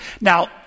Now